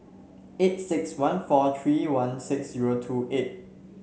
eight six one four three one six zero two eight